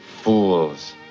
Fools